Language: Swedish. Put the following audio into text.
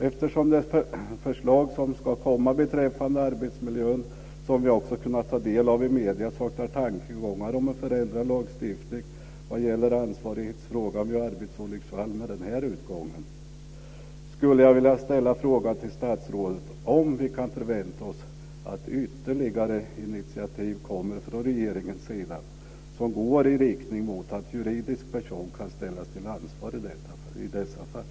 Eftersom det förslag, som jag också kunnat ta del av i medierna, som ska komma beträffande arbetsmiljön saknar tankegångar om en förändrad lagstiftning vad gäller ansvarighetsfrågan vid arbetsolycksfall med den här utgången, skulle jag vilja ställa en fråga till statsrådet. Kan vi förvänta oss att det kommer ytterligare initiativ från regeringen som går i riktning mot att juridisk person kan ställas till ansvar i dessa fall?